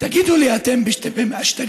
תגידו לי, אתם השתגעתם?